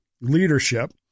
leadership